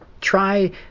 try